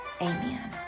Amen